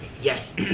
Yes